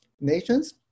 nations